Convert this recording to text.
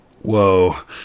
Whoa